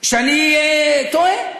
שאני טועה.